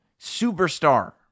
superstar